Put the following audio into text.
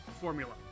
formula